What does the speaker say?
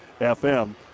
FM